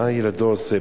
מה ילדו עושה,